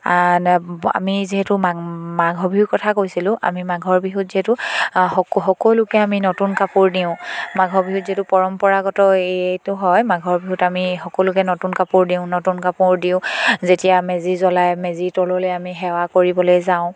আমি যিহেতু মা মাঘ বিহুৰ কথা কৈছিলোঁ আমি মাঘৰ বিহুত যিহেতু সক সকলোকে আমি নতুন কাপোৰ দিওঁ মাঘৰ বিহুত যিহেতু পৰম্পৰাগত এইটো হয় মাঘৰ বিহুত আমি সকলোকে নতুন কাপোৰ দিওঁ নতুন কাপোৰ দিওঁ যেতিয়া মেজি জ্বলাই মেজি তললৈ আমি সেৱা কৰিবলৈ যাওঁ